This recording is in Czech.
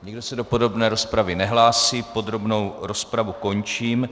Nikdo se do podrobné rozpravy nehlásí, podrobnou rozpravu končím.